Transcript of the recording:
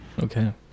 okay